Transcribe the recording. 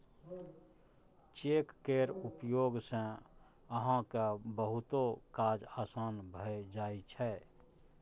cheque केर उपयोग सँ अहाँक बहुतो काज आसान भए जाइत छै